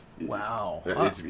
wow